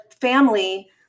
family